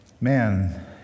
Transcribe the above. man